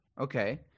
Okay